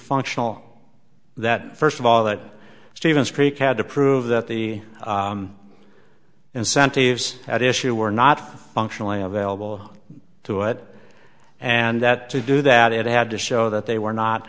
functional that first of all that stevens creek had to prove that the incentives at issue were not functionally available to it and that to do that it had to show that they were not